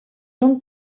són